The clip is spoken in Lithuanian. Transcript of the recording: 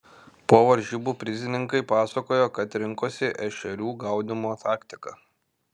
po varžybų prizininkai pasakojo kad rinkosi ešerių gaudymo taktiką